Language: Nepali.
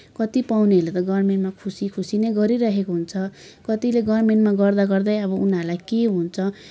कति पाउनेहरूले त गभर्मेन्टमा खुसी खुसी नै गरिरहेको हुन्छ कतिले गभर्मेन्टमा गर्दा गर्दै अब उनीहरूलाई के हुन्छ